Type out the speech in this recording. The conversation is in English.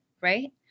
Right